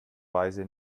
weise